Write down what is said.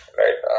right